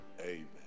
Amen